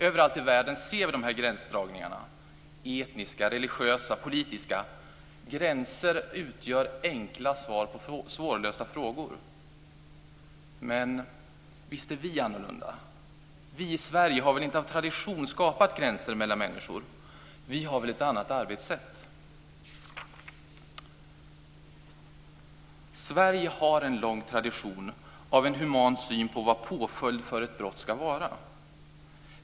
Överallt i världen ser vi de här gränsdragningarna - etniska, religiösa, politiska. Gränser utgör enkla svar på svårlösta frågor. Men visst är vi annorlunda. Vi i Sverige har väl av tradition inte skapat gränser mellan människor. Vi har väl ett annat arbetssätt. Sverige har en lång tradition av en human syn på vad påföljd för ett brott ska vara.